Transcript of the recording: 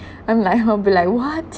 I'm like I'll be like what